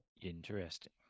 Interesting